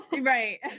right